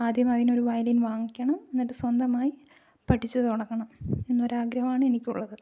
ആദ്യം അതിനൊരു വയലിൻ വാങ്ങിക്കണം എന്നിട്ട് സ്വന്തമായി പഠിച്ചു തുടങ്ങണം എന്ന ഒരാഗ്രഹമാണ് എനിക്കുള്ളത്